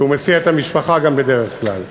כי הוא מסיע גם את המשפחה בדרך כלל,